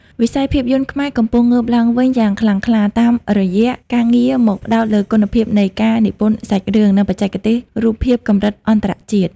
វិស័យភាពយន្តខ្មែរកំពុងងើបឡើងវិញយ៉ាងខ្លាំងក្លា តាមរយៈការងាកមកផ្តោតលើគុណភាពនៃការនិពន្ធសាច់រឿង និងបច្ចេកទេសរូបភាពកម្រិតអន្តរជាតិ។